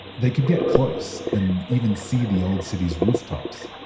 they could get close, and even see the old city's rooftops,